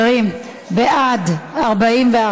התשע"ח 2017,